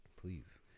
please